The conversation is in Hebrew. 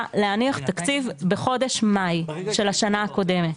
להניח תקציב בחודש מאי של השנה הקודמת?